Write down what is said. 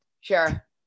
sure